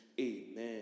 amen